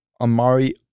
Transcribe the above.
Amari